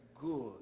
good